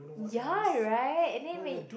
yeah right and then when you